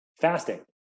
fasting